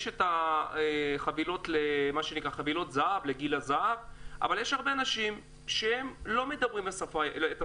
יש מה שנקרא חבילות זהב לגיל הזהב אבל יש הרה אנשים שהם לא דוברי עברית,